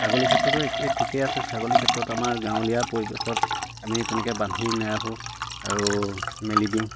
ছাগলী ক্ষেত্ৰতো ঠিকে আছে ছাগলী ক্ষেত্ৰত আমাৰ গাঁৱলীয়া পৰিৱেশত আমি তেনেকে বান্ধি নেৰাখোঁ আৰু মেলি দিওঁ